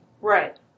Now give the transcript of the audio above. Right